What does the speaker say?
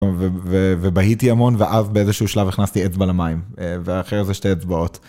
ובהיתי המון ואז באיזשהו שלב הכנסתי אצבע למים, ואחר זה שתי אצבעות.